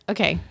Okay